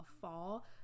fall